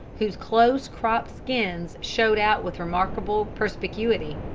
whose close-cropped skins showed out with remarkable perspicuity.